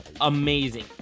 amazing